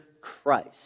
Christ